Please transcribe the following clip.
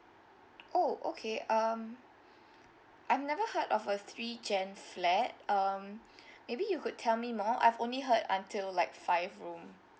oh okay um I've never heard of a three gen flat um maybe you could tell me more I've only heard until like five room